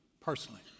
personally